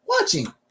watching